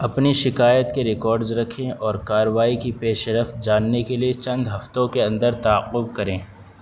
اپنی شکایت کے ریکارڈز رکھیں اور کاروائی کی پیش رفت جاننے کے لیے چند ہفتوں کے اندر تعاقب کریں